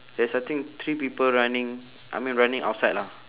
there's I think three people running I mean running outside lah